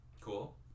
Cool